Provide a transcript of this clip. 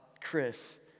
Chris